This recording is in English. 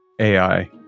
AI